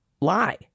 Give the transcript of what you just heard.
lie